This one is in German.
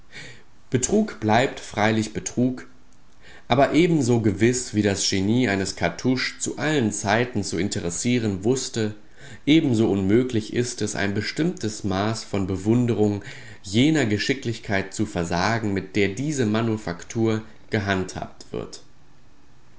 betrug bleibt freilich betrug aber ebenso gewiß wie das genie eines cartouche zu allen zeiten zu interessieren wußte ebenso unmöglich ist es ein bestimmtes maß von bewunderung jener geschicklichkeit zu versagen mit der diese manufaktur gehandhabt wird